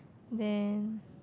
then